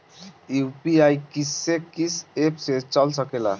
UPI किस्से कीस app से चल सकेला?